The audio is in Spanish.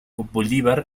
bolívar